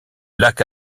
lac